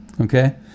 Okay